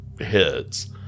hits